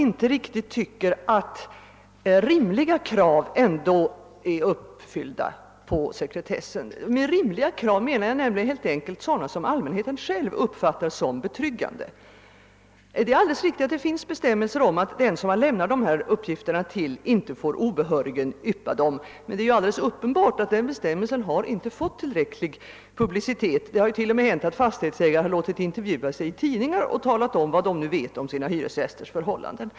Herr talman! Jag ber att få tacka statsrådet för svaret. s Jag tycker ändå inte att rimliga krav på sekretesskydd uppfyllts i detta fall. Med rimliga krav menar jag nämligen helt enkelt sådana som av allmänheten uppfattas som betryggande. Det är alldeles riktigt att det finns bestämmelser om att den som man lämnar dessa uppgifter till inte får obehörigen yppa dem, men det är uppenbart att den bestämmelsen inte fått tillräcklig publicitet. Det har ju t.o.m. hänt att fastighetsägare låtit intervjua sig i tidningar och talat om vad de nu vet om sina hyresgästers förhållanden.